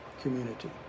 community